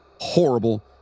horrible